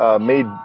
made